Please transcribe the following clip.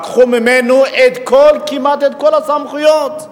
לקחו ממנו כמעט את כל הסמכויות.